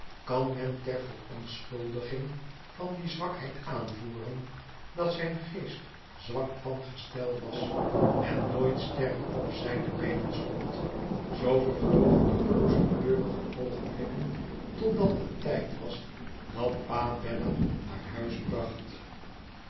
kan men ter verontschuldiging van die zwakheid aanvoeren dat zijn geest zwak van gestel was en nooit sterk op zijne beenen stond zoo vervlogen de rozenkleurige oogenblikken totdat het tijd was dat pa bella naar huis bracht